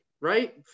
right